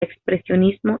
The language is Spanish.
expresionismo